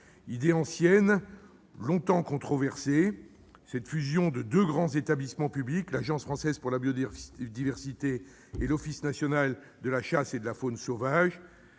Idée ancienne, longtemps controversée, cette fusion de deux grands établissements publics- l'Agence française pour la biodiversité et l'Office national de la chasse et de la faune sauvage